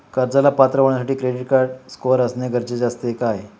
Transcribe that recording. कर्जाला पात्र होण्यासाठी क्रेडिट स्कोअर असणे गरजेचे असते का?